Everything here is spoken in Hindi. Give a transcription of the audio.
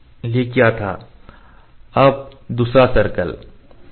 अब दूसरा सर्कल है